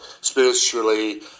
spiritually